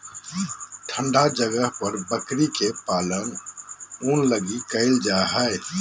ठन्डा जगह पर बकरी के पालन ऊन लगी कईल जा हइ